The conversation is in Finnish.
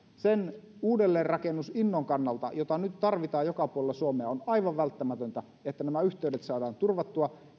sen uudelleenrakennusinnon kannalta jota nyt tarvitaan joka puolella suomea on aivan välttämätöntä että nämä yhteydet saadaan turvattua